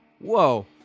Whoa